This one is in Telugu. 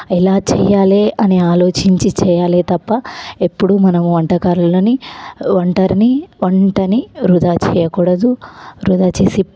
ఎలా చెయ్యాలీ అని అలోచించి చెయ్యాలే తప్ప ఎప్పుడు మన వంటకరలని వంటరని వంటని వృధా చెయ్యకూడదు వృధా చేసి